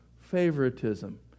favoritism